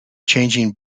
changing